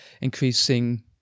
increasing